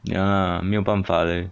ya lah 没有办法 leh